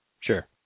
Sure